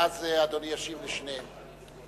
ואז אדוני ישיב לשניהם.